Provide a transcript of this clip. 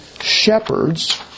shepherds